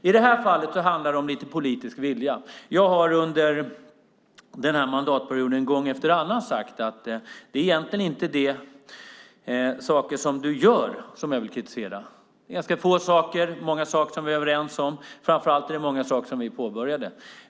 I detta fall handlar det om lite politisk vilja. Jag har under denna mandatperiod gång efter annan sagt att det egentligen inte är de saker du gör jag vill kritisera. Det är ganska få saker, och många saker är vi överens om. Framför allt är det många saker som vi påbörjade.